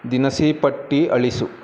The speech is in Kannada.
ದಿನಸಿ ಪಟ್ಟಿ ಅಳಿಸು